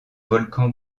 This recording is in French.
volcan